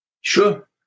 Sure